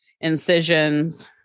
incisions